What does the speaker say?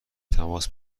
تماس